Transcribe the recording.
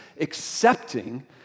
accepting